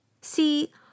See